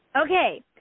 Okay